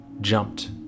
jumped